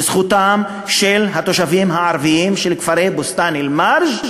זכותם של התושבים הערבים של כפרי בוסתאן-אלמרג'